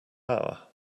hour